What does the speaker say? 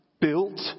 built